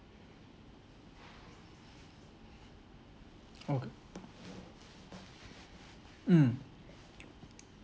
okay mm